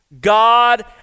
God